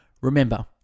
Remember